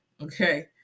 Okay